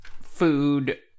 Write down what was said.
food